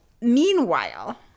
meanwhile